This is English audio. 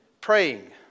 praying